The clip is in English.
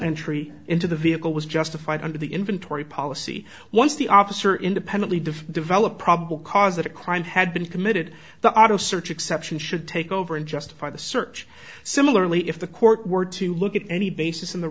entry into the vehicle was justified under the inventory policy once the officer independently define develop probable cause that a crime had been committed the auto search exception should take over and justify the search similarly if the court were to look at any basis in the